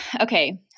Okay